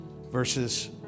verses